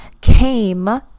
came